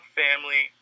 family